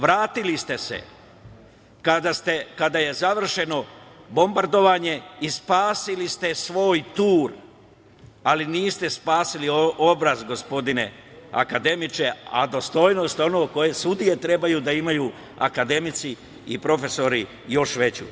Vratili ste se kada je završeno bombardovanje i spasili ste svoj tur, ali niste spasili obraz gospodine akademiče, a dostojnost je ono koje sudije treba da imaju, a akademici i profesori još veću.